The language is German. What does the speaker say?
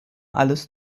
alles